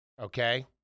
Okay